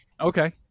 Okay